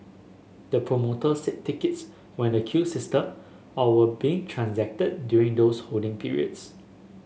the promoter said tickets were in the queue system or were being transacted during those holding periods